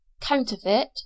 counterfeit